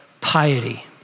piety